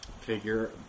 Figure